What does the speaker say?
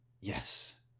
yes